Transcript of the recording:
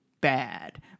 bad